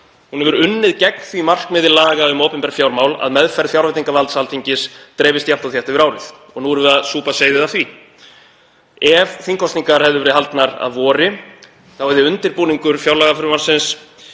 hefur unnið gegn því markmiði laga um opinber fjármál að meðferð fjárveitingavalds Alþingis dreifist jafnt og þétt yfir árið og nú erum við að súpa seyðið af því. Ef þingkosningar hefðu verið haldnar að vori hefði undirbúningur fjárlagafrumvarpsins